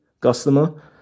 customer